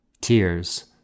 Tears